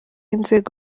inzego